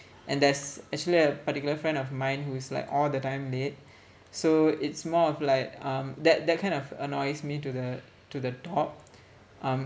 and there's actually a particular friend of mine who is like all the time late so it's more of like um that that kind of annoys me to the to the top um